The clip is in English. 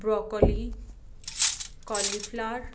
broccoli cauliflower